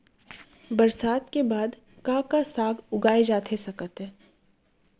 बरसात के बाद का का साग उगाए जाथे सकत हे?